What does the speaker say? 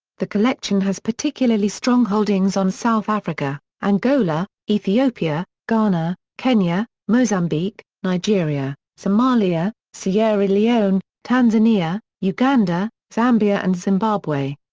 the collection has particularly strong holdings on south africa, angola, ethiopia, ghana, kenya, mozambique, nigeria, somalia, sierra leone, tanzania, uganda, zambia and zimbabwe.